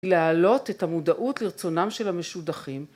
להעלות את המודעות לרצונם של המשודכים